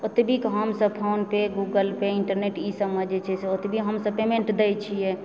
ओतबीके हमसब PhonePe Google Pay internet ईसबमे जे छै ओतबी हमसब पेमेण्ट दए छियै